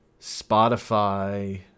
Spotify